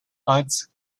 arts